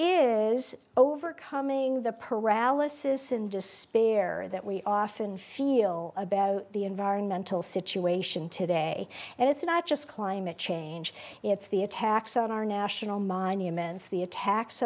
is overcoming the paralysis and despair that we often feel about the environmental situation today and it's not just climate change it's the attacks on our national monuments the attacks